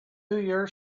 your